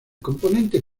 componente